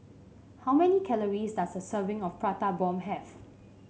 how many calories does a serving of Prata Bomb have